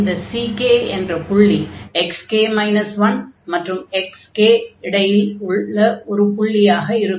இந்த ck என்ற புள்ளி xk 1 மற்றும் xk இடையில் உள்ள ஒரு புள்ளி ஆக இருக்கும்